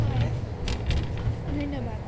হয় ধন্যবাদ